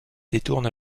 détourne